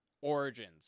Origins